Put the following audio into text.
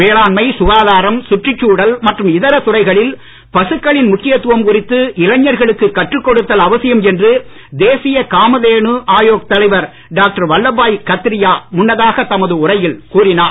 வேளாண்மை சுகாதாரம் சுற்றுச் சூழல் மற்றும் இதர துறைகளில் பசுக்களின் முக்கியத்துவம் குறித்து இளைஞர்களுக்கு கற்றுக் கொடுத்தல் அவசியம் என்று தேசிய காமதேனு ஆயோக் தலைவர் டாக்டர் வல்லபாய் கத்திரியா முன்னதாக தமது உரையில் கூறினார்